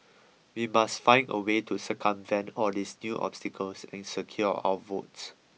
we must find a way to circumvent all these new obstacles and secure our votes